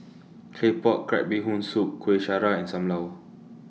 Claypot Crab Bee Hoon Soup Kueh Syara and SAM Lau